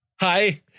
Hi